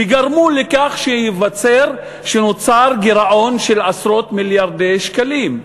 וגרמו לכך שנוצר גירעון של עשרות מיליארדי שקלים.